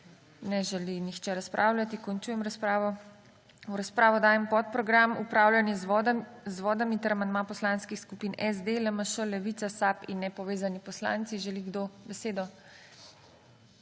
Ne želi nihče razpravljati. Končujem razpravo. V razpravo dajem podprogram Upravljanje z vodami ter amandma Poslanskih skupin SD, LMŠ, Levica, SAB in nepovezani poslanci. Želi kdo besedo?